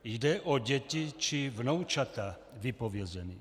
Jde o děti či vnoučata vypovězených.